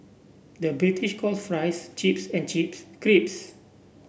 the British calls fries chips and chips creeps